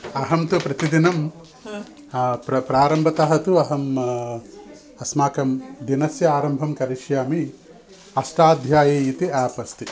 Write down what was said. अहं तु प्रतिदिनं प्र प्रारम्भतः तु अहम् अस्माकं दिनस्य आरम्भं करिष्यामि अष्टाध्यायी इति आप् अस्ति